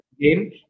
game